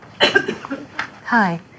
Hi